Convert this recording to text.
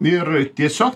ir tiesiog